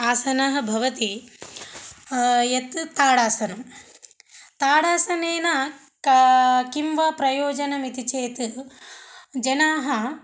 आसनं भवति यत् ताडासनं ताडासनेन क किं वा प्रयोजनम् इति चेत् जनाः